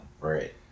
Right